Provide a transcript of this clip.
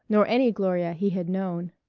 nor any gloria he had known.